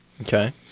Okay